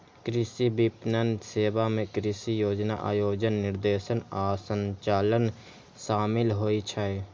कृषि विपणन सेवा मे कृषि योजना, आयोजन, निर्देशन आ संचालन शामिल होइ छै